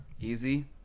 Easy